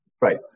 Right